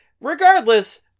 regardless